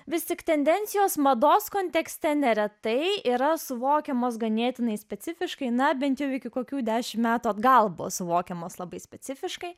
visi tendencijos mados kontekste neretai yra suvokiamos ganėtinai specifiškai na bent jau iki kokių dešimt metų atgal buvo suvokiamas labai specifiškai